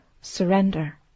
surrender